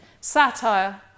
satire